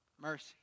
mercy